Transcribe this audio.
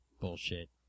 bullshit